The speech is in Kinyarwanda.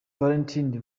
valentin